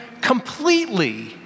completely